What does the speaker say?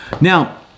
Now